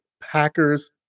Packers